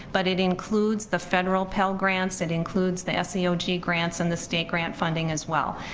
but it includes the federal pell grants, it includes the seog grants and the state grant funding as well.